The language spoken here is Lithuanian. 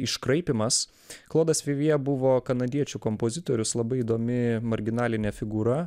iškraipymas klodas vivjė buvo kanadiečių kompozitorius labai įdomi marginalinė figūra